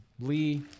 Lee